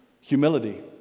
humility